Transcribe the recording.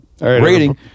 rating